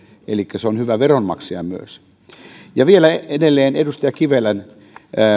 elikkä se on hyvä veronmaksaja myös edustaja kivelän